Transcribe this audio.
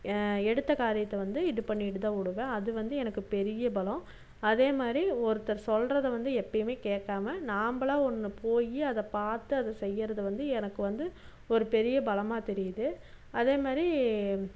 எடுத்த காரியத்தை வந்து இது பண்ணிவிட்டு தான் விடுவேன் அது வந்து எனக்கு பெரிய பலம் அதேமாதிரி ஒருத்தர் சொல்றதை வந்து எப்போயுமே கேட்காம நாம்பளாக ஒன்று போய் அதை பார்த்து அது செய்யறது வந்து எனக்கு வந்து ஒரு பெரிய பலமாக தெரியுது அதேமாதிரி